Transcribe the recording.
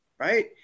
Right